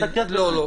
לא.